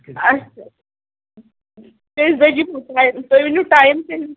اسہِ کٔژِ بَجہِ یِمو تُہۍ ؤنِو ٹایِم تیٚلہِ